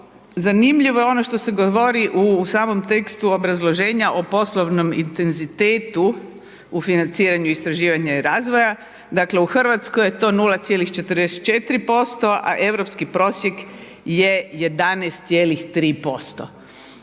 zanimljivo je ono što se govori u samom tekstu obrazloženja o poslovnom intenzitetu u financiranju istraživanja i razvoja. Dakle, u Hrvatskoj je to 0,44% a europski prosjek je 11,3%.